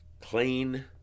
clean